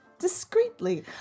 discreetly